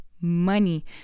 money